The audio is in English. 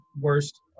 worst